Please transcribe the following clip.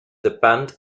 depend